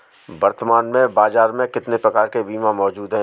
वर्तमान में बाज़ार में कितने प्रकार के बीमा मौजूद हैं?